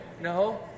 No